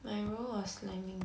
my role was slamming